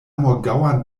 morgaŭan